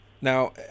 Now